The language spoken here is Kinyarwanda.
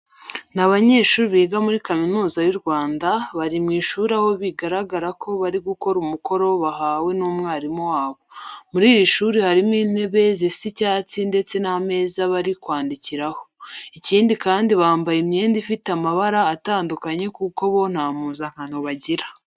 Ni banyeshuri biga muri kaminuza y'u Rwanda, bari mu ishuri aho bigaragara ko bari gukora umukoro bahawe n'umwarimu wabo. Muri iri shuri harimo intebe zisa icyatsi ndetse n'ameza bari kwandikiraho. Ikindi kandi bambaye imyenda ifite amabara atandukanye kuko bo nta mpuzankano bagira.